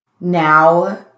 now